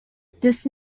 this